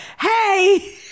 hey